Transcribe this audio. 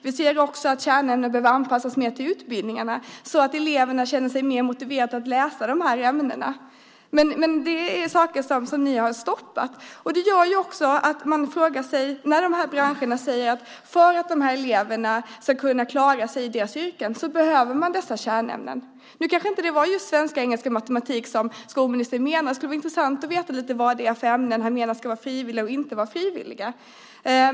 Vi ser också att kärnämnena behöver anpassas mer till utbildningarna så att eleverna känner sig mer motiverade att läsa de här ämnena. Men det är saker som ni har stoppat. Det gör ju också att man ställer sig frågande när de här branscherna säger att för att eleverna ska kunna klara sig i sina yrken behöver de dessa kärnämnen. Nu kanske det inte var just svenska, engelska och matematik som skolministern menade. Det skulle vara intressant att veta vilka ämnen han menar ska vara frivilliga och inte vara frivilliga.